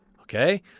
Okay